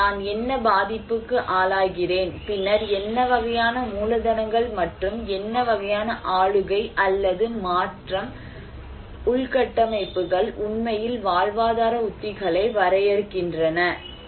எனவே நான் என்ன பாதிப்புக்கு ஆளாகிறேன் பின்னர் என்ன வகையான மூலதனங்கள் மற்றும் என்ன வகையான ஆளுகை அல்லது மாற்றும் கட்டமைப்புகள் உண்மையில் வாழ்வாதார உத்திகளை வரையறுக்கின்றன